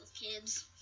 kids